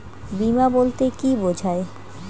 বিমা বলতে কি বোঝায়?